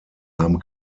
haben